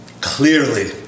clearly